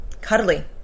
cuddly